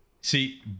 See